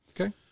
Okay